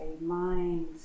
mind